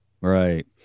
Right